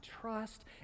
trust